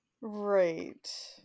Right